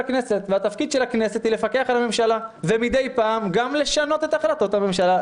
הכנסת הוא לפקח על הממשלה ומדי פעם גם לשנות את החלטות הממשלה,